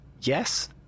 yes